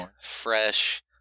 fresh